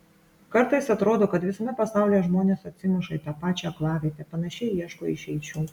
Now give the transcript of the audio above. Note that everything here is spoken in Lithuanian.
kartais atrodo kad visame pasaulyje žmonės atsimuša į tą pačią aklavietę panašiai ieško išeičių